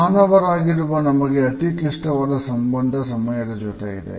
ಮಾನವರಾಗಿರುವ ನಮಗೆ ಅತಿ ಕ್ಲಿಷ್ಟವಾದ ಸಂಬಂಧ ಸಮಯದ ಜೊತೆ ಇದೆ